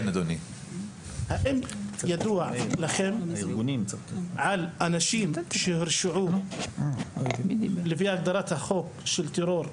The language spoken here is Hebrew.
האם ידוע לכם על אנשים שהורשעו לפי הגדרת החוק של טרור,